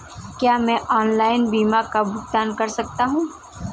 क्या मैं online bill का भुगतान कर सकता हूँ?